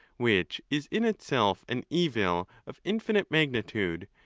which is in itself an evil of in finite magnitude,